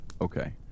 Okay